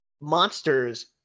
monsters